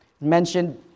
mentioned